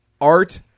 art